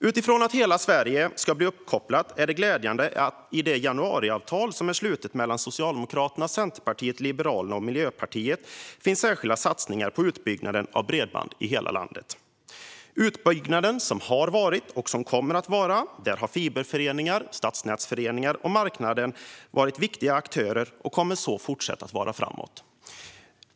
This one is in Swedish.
Utifrån att hela Sverige ska bli uppkopplat är det glädjande att det i det januariavtal som har slutits mellan Socialdemokraterna, Centerpartiet, Liberalerna och Miljöpartiet finns särskilda satsningar på utbyggnad av bredband i hela landet. I utbyggnaden som varit har fiberföreningar, stadsnätsföreningar och marknaden varit viktiga aktörer och kommer så att fortsatt vara framåt.